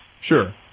Sure